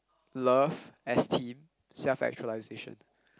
love esteem self-actualization